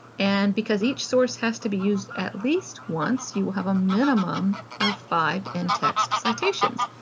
and because each source has to be used at least once you will have a minimum of five in-text citations,